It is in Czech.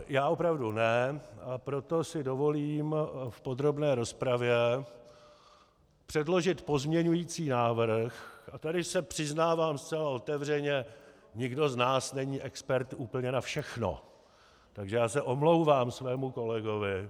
Já opravdu ne, a proto si dovolím v podrobné rozpravě předložit pozměňující návrh a tady se přiznávám zcela otevřeně, nikdo z nás není expert úplně na všechno, takže se omlouvám svému kolegovi.